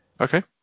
Okay